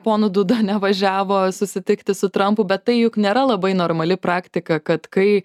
ponu duda nevažiavo susitikti su trampu bet tai juk nėra labai normali praktika kad kai